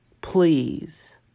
please